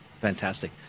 Fantastic